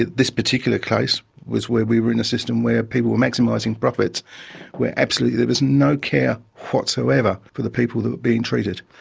this particular case was where we were in a system where people were maximising profits where absolutely there was no care whatsoever for the people that were being treated.